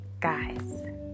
guys